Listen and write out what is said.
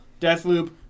Deathloop